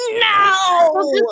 no